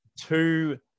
two